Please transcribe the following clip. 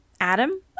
Adam